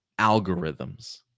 algorithms